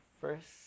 first